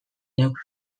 neuk